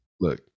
look